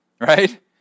Right